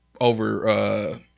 over